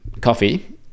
coffee